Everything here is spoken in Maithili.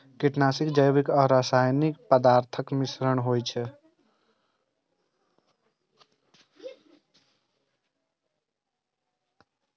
कीटनाशक जैविक आ रासायनिक पदार्थक मिश्रण होइ छै